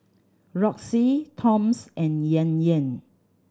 Roxy Toms and Yan Yan